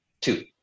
two